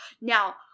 Now